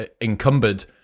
encumbered